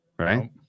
Right